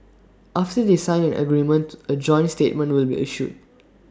after they sign an agreement A joint statement will be issued